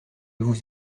vous